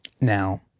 Now